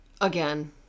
Again